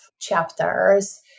chapters